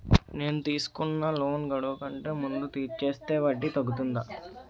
నేను తీసుకున్న లోన్ గడువు కంటే ముందే తీర్చేస్తే వడ్డీ తగ్గుతుందా?